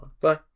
Bye